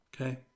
okay